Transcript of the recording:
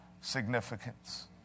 significance